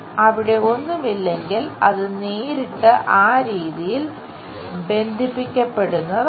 അവിടെ ഒന്നുമില്ലെങ്കിൽ അത് നേരിട്ട് ആ രീതിയിൽ ബന്ധിപ്പിക്കപ്പെടുന്നതാണ്